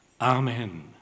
amen